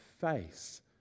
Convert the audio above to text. face